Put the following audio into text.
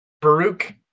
Baruch